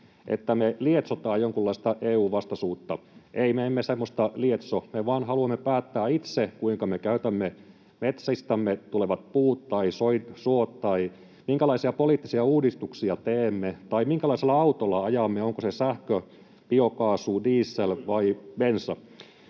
että me lietsotaan jonkunlaista EU-vastaisuutta. Ei, me emme semmoista lietso, me vain haluamme päättää itse, kuinka me käytämme metsistämme tulevia puita tai soita, minkälaisia poliittisia uudistuksia teemme tai minkälaisella autolla ajamme, onko se sähkö, biokaasu, diesel vai bensa.